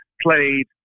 played